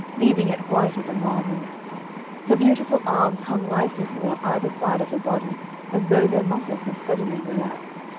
leaving it whiter than marble her beautiful arms hung lifelessly on either side of her body as though their muscles had suddenly relaxed,